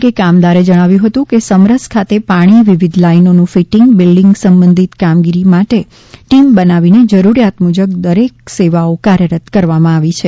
કે કામદારે જણાવ્યું હતું કે સમરસખાતે પાણી વિવિધ લાઇનોનુ ફીટીંગ અને બિલ્ડીંગ સંબંધિત કામગીરી માટેટીમો બનાવીને જરૂરિયાત મુજબ દરેક સેવાઓ કાર્યરત કરવામાં આવી રહી છે